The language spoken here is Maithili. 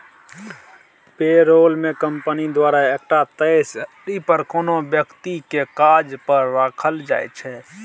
पे रोल मे कंपनी द्वारा एकटा तय सेलरी पर कोनो बेकती केँ काज पर राखल जाइ छै